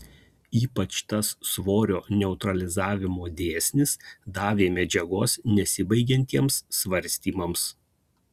ypač tas svorio neutralizavimo dėsnis davė medžiagos nesibaigiantiems svarstymams